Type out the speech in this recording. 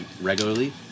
regularly